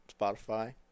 Spotify